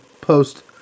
post